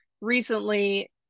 recently